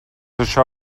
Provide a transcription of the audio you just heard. això